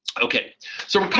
okay so